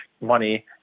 money